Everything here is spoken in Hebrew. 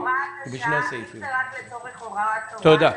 אם זה רק לצורך הוראת השעה,